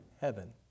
heaven